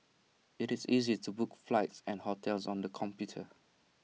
IT is easy to book flights and hotels on the computer